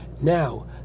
Now